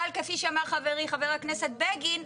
אבל כפי שאמר חברי חבר הכנסת בגין,